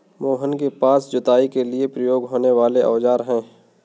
मोहन के पास जुताई के लिए प्रयोग होने वाले औज़ार है